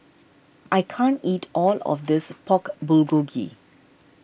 I can't eat all of this Pork Bulgogi